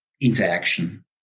interaction